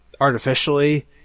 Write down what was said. artificially